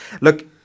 Look